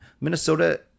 Minnesota